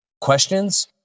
questions